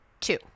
Two